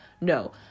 no